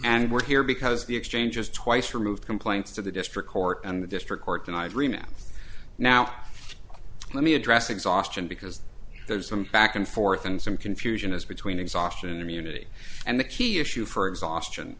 and we're here because the exchanges twice removed complaints to the district court and the district court denied remap now let me address exhaustion because there's some back and forth and some confusion is between exhaustion and immunity and the key issue for exhaustion